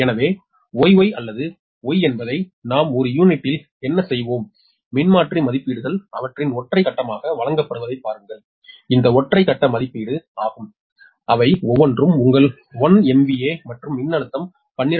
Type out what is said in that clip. எனவே Y Y அல்லது Y என்பதை நாம் ஒரு யூனிட்டில் என்ன செய்வோம் மின்மாற்றி மதிப்பீடுகள் அவற்றின் ஒற்றை கட்டமாக வழங்கப்படுவதைப் பாருங்கள் இந்த ஒற்றை கட்ட மதிப்பீடு 1000 KVA ஆகும் அவை ஒவ்வொன்றும் உங்கள் 1 MVA மற்றும் மின்னழுத்தம் 12